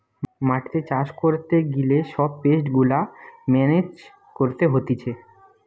মাটিতে চাষ করতে গিলে সব পেস্ট গুলা মেনেজ করতে হতিছে